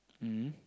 mmhmm